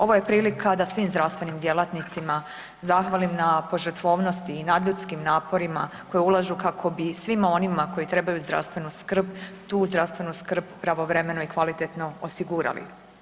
Ovo je prilika da svim zdravstvenim djelatnicima zahvalim na požrtvovnosti i nadljudskim naporima koje ulažu kako bi svima onima koji trebaju zdravstvenu skrb tu zdravstvenu skrb pravovremeno i kvalitetno osigurali.